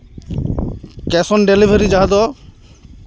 case on delivery ᱡᱟᱦᱟᱸ ᱫᱚ